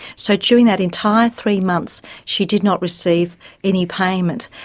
so during that entire three months she did not receive any payment.